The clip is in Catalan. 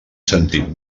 sentit